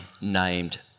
named